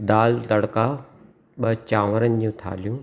दाल तड़का ॿ चावरनि जूं थालियूं